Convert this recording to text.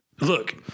Look